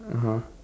(uh huh)